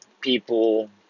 people